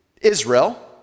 Israel